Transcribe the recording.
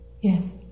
Yes